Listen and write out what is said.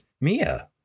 Mia